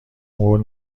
قول